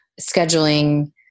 Scheduling